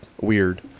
weird